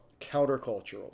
countercultural